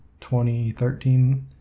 2013